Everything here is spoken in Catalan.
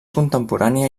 contemporània